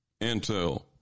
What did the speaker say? Intel